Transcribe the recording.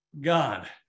God